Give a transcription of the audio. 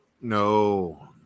No